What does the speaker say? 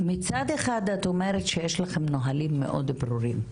מצד אחד את אומרת שיש לכם נהלים מאוד ברורים,